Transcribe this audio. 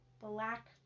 black